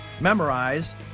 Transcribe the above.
memorize